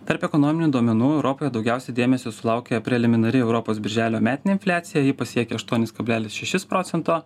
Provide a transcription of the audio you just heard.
tarp ekonominių duomenų europoje daugiausiai dėmesio sulaukė preliminari europos birželio metinė infliacija ji pasiekė aštuonis kablelis šešis procento